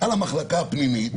על המחלקה הפנימית